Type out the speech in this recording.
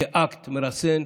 כאקט מרסן,